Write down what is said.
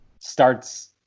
starts